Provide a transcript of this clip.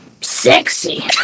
sexy